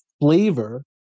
flavor